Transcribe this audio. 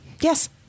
Yes